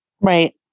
Right